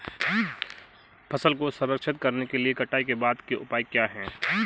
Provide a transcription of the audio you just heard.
फसल को संरक्षित करने के लिए कटाई के बाद के उपाय क्या हैं?